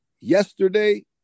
yesterday